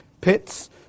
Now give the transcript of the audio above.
Pits